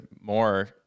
more